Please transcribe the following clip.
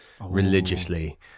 religiously